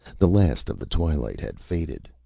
the last of the twilight had faded.